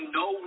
no